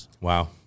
Wow